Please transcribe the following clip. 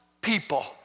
people